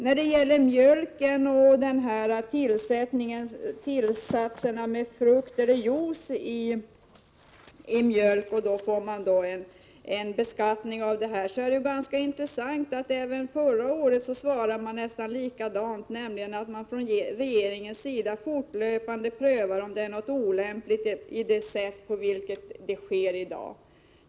När det gäller beskattningen av mjölk med tillsatser av frukt eller juice svarade utskottet nästan likadant förra året som i år, nämligen att regeringen fortlöpande prövar om de nuvarande reglerna har någon olämplig inverkan.